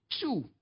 two